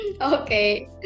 Okay